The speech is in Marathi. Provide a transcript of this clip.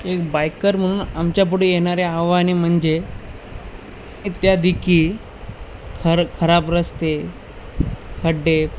एक बायकर म्हणून आमच्या पुढे येणारे आव्हाने म्हणजे इत्यादी की खर खराब रस्ते खड्डे